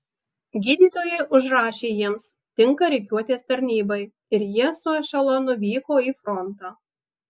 gydytojai užrašė jiems tinka rikiuotės tarnybai ir jie su ešelonu vyko į frontą